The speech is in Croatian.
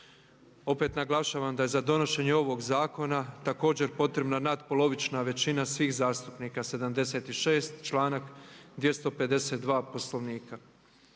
Naglašavam da je za donošenje ovog zakona potrebna nadpolovična većina svih zastupnika 76, članak 252. Poslovnika.